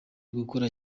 gukora